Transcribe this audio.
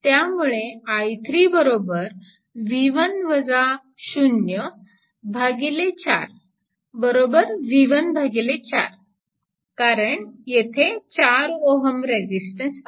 त्यामुळे I3 4 v14 कारण येथे 4 ओहम रेजिस्टन्स आहे